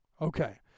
Okay